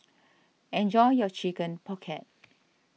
enjoy your Chicken Pocket